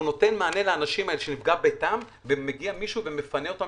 הוא נותן מענה לאנשים האלה שנפגע ביתם ומגיע מישהו ומפנה אותם